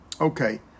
Okay